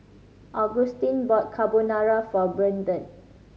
Agustin bought Carbonara for Bertrand